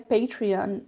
Patreon